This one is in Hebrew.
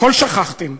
הכול שכחתם.